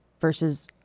versus